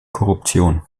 korruption